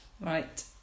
right